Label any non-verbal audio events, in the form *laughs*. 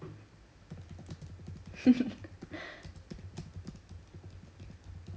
*laughs*